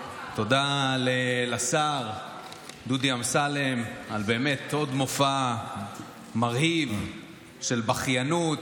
תודה לשר דודי אמסלם על עוד מופע באמת מרהיב של בכיינות,